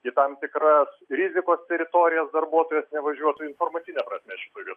į tam tikras rizikos teritorijas darbuotojas nevažiuotų informacine prasme šitoj vietoj